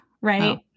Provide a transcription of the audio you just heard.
right